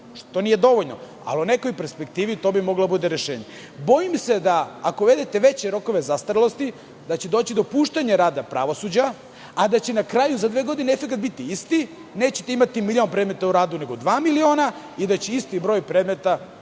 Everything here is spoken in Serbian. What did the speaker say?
što nije dovoljno, ali u nekoj perspektivi bi to moglo da bude rešenje. Bojim se, ako uvedete veće rokove zastarelosti, da će doći do opuštanja rada pravosuđa, a da će na kraju za dve godine efekat biti isti. Nećete imati milion predmeta u radu, nego dva miliona i isti broj predmeta